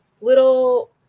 Little